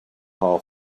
hall